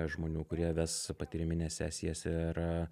žmonių kurie ves patyrimines sesijas ir